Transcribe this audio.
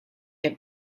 have